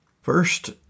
First